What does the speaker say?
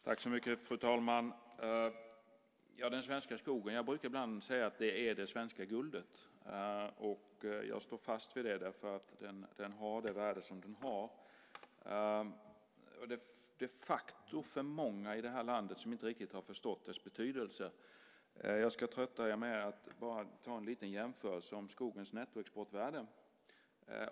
Fru talman! Den svenska skogen brukar jag ibland säga är det svenska guldet. Jag står fast vid det, därför att den har det värde som den har. Många i landet har inte riktigt förstått dess betydelse. Jag ska trötta er med att göra en liten jämförelse om skogens nettoexportvärde.